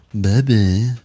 Baby